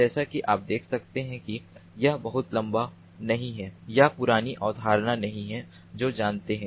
जैसा कि आप देख सकते हैं कि यह बहुत लंबा नहीं है या पुरानी अवधारणा नहीं है जो जानते हैं